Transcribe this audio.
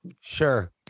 Sure